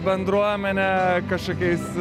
bendruomenę kažkokiais